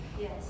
Yes